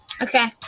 Okay